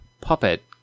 puppet